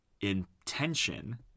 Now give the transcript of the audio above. intention